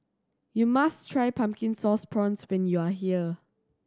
you must try Pumpkin Sauce Prawns when you are here